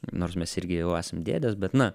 nors mes irgi jau esam dėdės bet na